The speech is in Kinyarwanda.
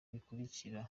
bikurikira